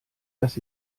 dass